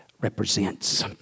represents